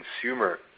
consumer